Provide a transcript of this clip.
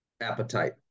appetite